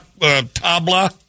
tabla